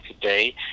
today